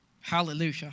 Hallelujah